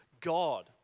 God